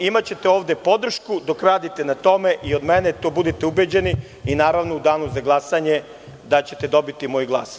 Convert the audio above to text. Imaćete ovde podršku dok radite na tome i od mene to budite ubeđeni i naravno u Danu za glasanje da ćete dobiti moj glas.